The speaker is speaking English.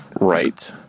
right